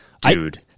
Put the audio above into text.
Dude